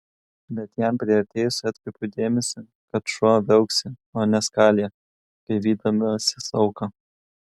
bet jam priartėjus atkreipiau dėmesį kad šuo viauksi o ne skalija kaip vydamasis auką